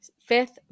Fifth